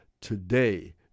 today